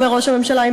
אומר ראש הממשלה,